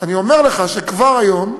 אני אומר לך שכבר היום,